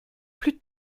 plus